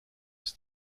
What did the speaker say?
ist